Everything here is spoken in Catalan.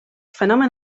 fenomen